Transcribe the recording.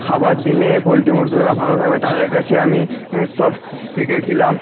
খাবার দিলে পোলট্রি মুরগিগুলা ভালো থাকবে তাদের কাছে আমি সব শি শিখেছিলাম